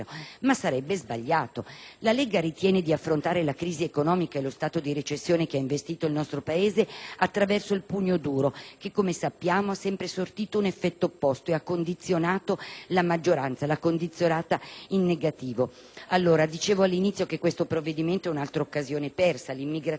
La Lega ritiene di affrontare la crisi economica e lo stato di recessione che ha investito il nostro Paese attraverso il pugno duro che, come sappiamo, ha sempre sortito un effetto opposto e ha condizionato la maggioranza in negativo. Come dicevo all'inizio, questo provvedimento è un'altra occasione persa. L'immigrazione continua ad essere vista come un fenomeno